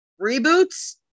reboots